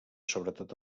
sobretot